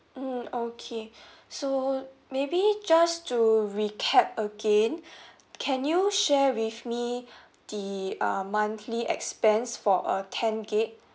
mmhmm okay so maybe just to recap again can you share with me the uh monthly expense for a ten gigabyte